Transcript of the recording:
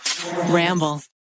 ramble